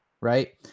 right